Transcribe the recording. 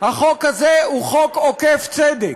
החוק הזה הוא חוק עוקף צדק,